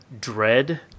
dread